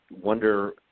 wonder –